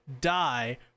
die